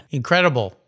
incredible